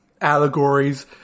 Allegories